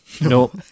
no